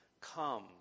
come